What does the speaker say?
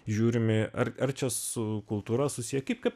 žiūrimi ar ar čia su kultūra susiję kaip kaip